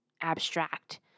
abstract